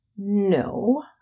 No